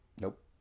Nope